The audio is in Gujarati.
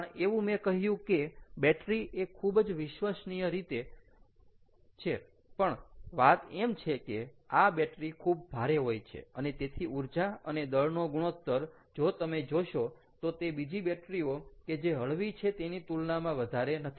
પણ એવું મેં કહ્યું કે બેટરી એ ખૂબ જ વિશ્વસનીય છે પણ વાત એમ છે કે આ બેટરી ખૂબ ભારે હોય છે અને તેથી ઊર્જા અને દળનો ગુણોત્તર જો તમે જોશો તો તે બીજી બેટરી ઓ કે જે હળવી છે તેની તુલનામાં વધારે નથી